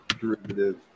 derivative